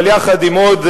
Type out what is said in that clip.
אבל יחד עם עוד,